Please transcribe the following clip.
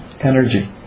energy